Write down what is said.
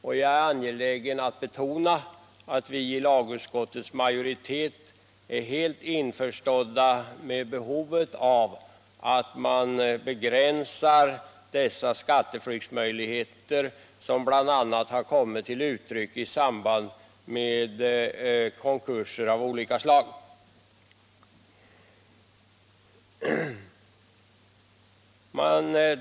Och jag är angelägen om att betona att vi inom lagutskottets majoritet är helt införstådda med behovet av att begränsa dessa skatteflyktsmöjligheter, som bl.a. har kommit till uttryck i samband med konkurser av olika slag.